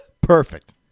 perfect